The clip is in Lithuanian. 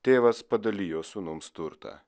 tėvas padalijo sūnums turtą